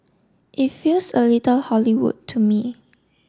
it feels a little Hollywood to me